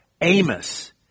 Amos